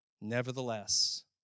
nevertheless